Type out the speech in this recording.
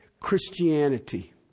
Christianity